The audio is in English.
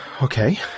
Okay